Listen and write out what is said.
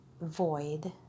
void